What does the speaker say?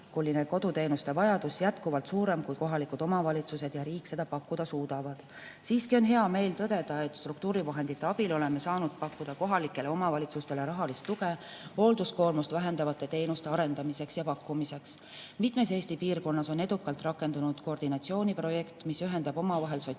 Siiski on hea meel tõdeda, et struktuurivahendite abil oleme saanud pakkuda kohalikele omavalitsustele rahalist tuge hoolduskoormust vähendavate teenuste arendamiseks ja pakkumiseks. Mitmes Eesti piirkonnas on edukalt rakendunud koordinatsiooniprojekt, mis ühendab omavahel sotsiaal-